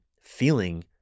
feeling